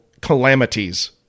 calamities